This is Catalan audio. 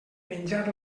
menjar